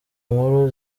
nkuru